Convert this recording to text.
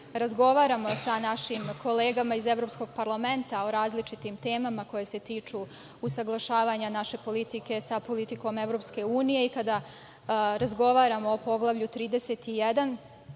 razgovaramo sa našim kolegama iz Evropskog parlamenta o različitim temama koje se tiču usaglašavanja naše politike sa politikom EU i kada razgovaramo o Poglavlju 31,